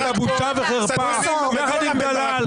אתה בושה וחרפה יחד עם דלל.